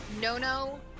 Nono